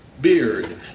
beard